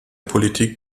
politik